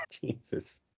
Jesus